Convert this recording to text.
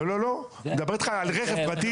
לא, לא, לא, אני מדבר איתך על רכב פרטי.